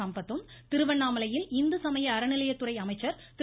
சம்பத்தும் திருவண்ணாமலையில் இந்து சமய அறநிலையத்துறை அமைச்சர் திரு